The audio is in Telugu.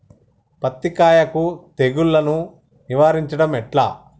పత్తి కాయకు తెగుళ్లను నివారించడం ఎట్లా?